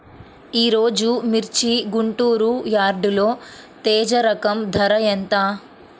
ఈరోజు మిర్చి గుంటూరు యార్డులో తేజ రకం ధర ఎంత?